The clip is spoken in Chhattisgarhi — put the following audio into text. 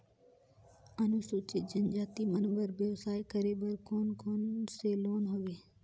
अनुसूचित जनजाति मन बर व्यवसाय करे बर कौन कौन से लोन हवे?